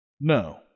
No